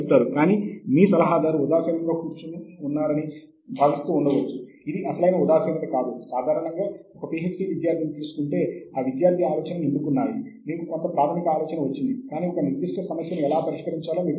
మరియు ఈ రెండు సిటేషన్ సమాచార వనరులలో అత్యంత ప్రాచుర్యం పొందాయి